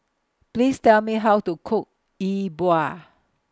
Please Tell Me How to Cook E Bua